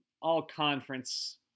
all-conference